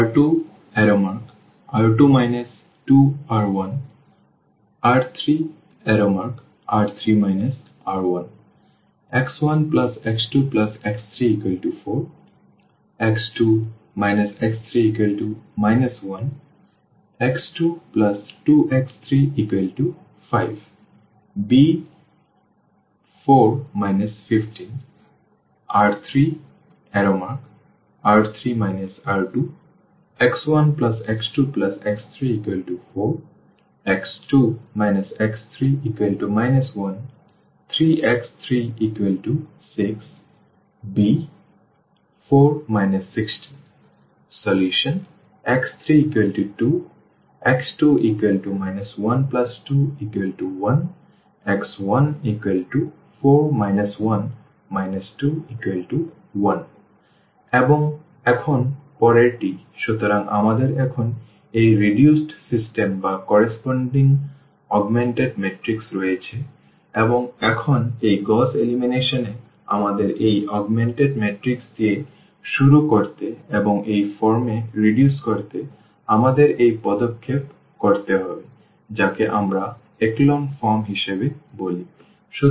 R2R2 2R1 R3R3 R1 x1x2x34 x2 x3 1 x22x35 b4 1 5 R3R3 R2 x1x2x34 x2 x3 1 3x36 b4 1 6 Solution x32 x2 121 x14 1 21 এবং এখন পরেরটি সুতরাং আমাদের এখানে এই রিডিউসড সিস্টেম বা করেসপন্ডিং অগমেন্টেড ম্যাট্রিক্স রয়েছে এবং এখন এই গউস এলিমিনেশন এ আমাদের এই অগমেন্টেড ম্যাট্রিক্স দিয়ে শুরু করতে এবং এই ফর্মে রিডিউস করতে আমাদের একটি পদক্ষেপ করতে হবে যাকে আমরা echelon form হিসাবে বলি